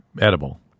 edible